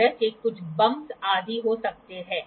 और इस तरह के कुछ बम्पस आदि हो सकते हैं